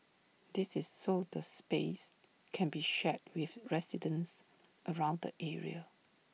this is so the space can be shared with residents around the area